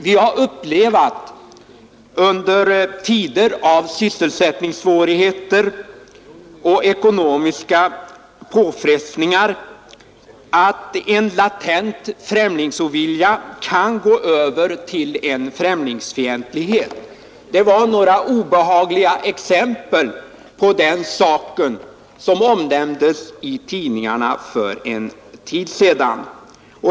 Vi har under tider med sysselsättningssvårigheter och ekonomiska påfrestningar upplevt att en latent främlingsovilja kan gå över till främlingsfientlighet. Några obehagliga exempel på den saken omnämndes i tidningarna för en tid sedan.